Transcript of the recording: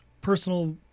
personal